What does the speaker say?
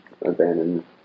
abandoned